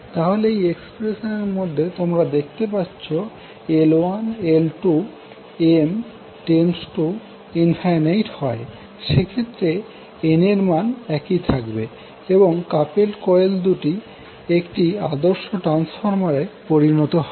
তাহলে এই এক্সপ্রেশান এর মধ্যে তোমরা দেখতে পাচ্ছো যদি L1L2M→∞ হয় সেক্ষেত্রে n এর মান একই থাকবে এবং কাপেলড কোয়েল দুটি একটি আদর্শ ট্রান্সফরমারের পরিণত হবে